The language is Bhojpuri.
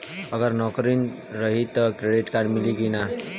अगर नौकरीन रही त क्रेडिट कार्ड मिली कि ना?